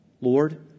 Lord